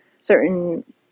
certain